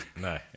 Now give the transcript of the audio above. No